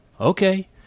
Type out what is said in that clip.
Okay